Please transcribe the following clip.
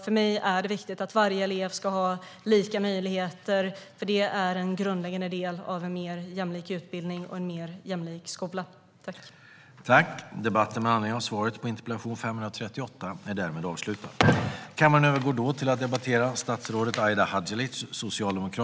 För mig är det viktigt att alla elever ska ha lika möjligheter, för det är den grundläggande idén om en mer jämlik utbildning och en mer jämlik skola.